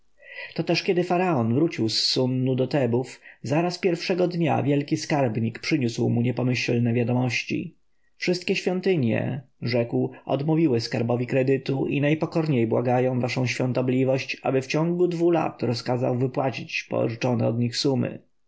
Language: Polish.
to też kiedy faraon wrócił z sunnu do tebów zaraz pierwszego dnia wielki skarbnik przyniósł mu niepomyślne wiadomości wszystkie świątynie rzekł odmówiły skarbowi kredytu i najpokorniej błagają waszą świątobliwość aby w ciągu dwu lat rozkazał wypłacić pożyczone od nich sumy